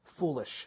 Foolish